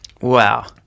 Wow